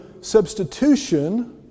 substitution